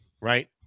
right